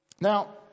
Now